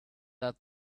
out